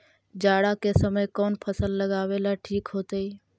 जाड़ा के समय कौन फसल लगावेला ठिक होतइ?